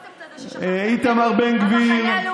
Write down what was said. הקונספט הזה ששכחת מה הוא, המחנה הלאומי.